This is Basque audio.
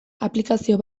aplikazio